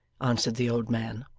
answered the old man,